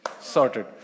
sorted